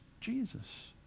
Jesus